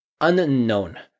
unknown